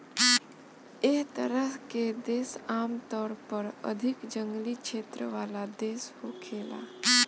एह तरह के देश आमतौर पर अधिक जंगली क्षेत्र वाला देश होखेला